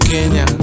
Kenya